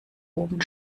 oben